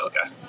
Okay